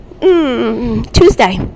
Tuesday